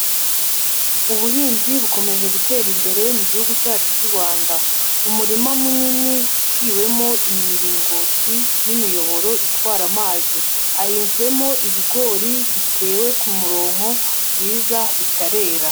Ubuhinzi bukomeje gutera imbere mu gihugu cyacu cy'u Rwanda, umurima munini uciwemo imiringoti n'imiyoboro itwara amazi, hahinzwemo ibigori bitewe ku muronko byiza bitarera.